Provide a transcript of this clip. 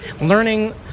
learning